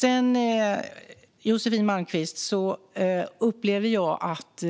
Till Josefin Malmqvist vill jag säga att